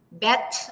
bet